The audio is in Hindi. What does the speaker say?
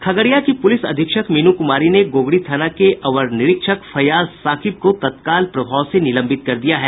खगड़िया की पुलिस अधीक्षक मीनू कुमारी ने गोगरी थाना के अवर निरीक्षक फैयाज साकिब को तत्काल प्रभाव से निलंबित कर दिया है